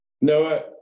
Noah